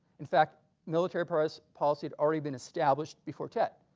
in fact military press policy had already been established before tet.